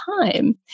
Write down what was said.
time